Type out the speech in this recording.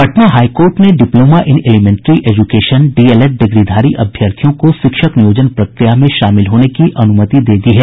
Patna high court ने diploma in elementary education D El Ed डिग्रीधारी अभ्यर्थियों को शिक्षक नियोजन प्रक्रिया में शामिल होने की अनुमति दे दी है